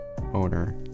owner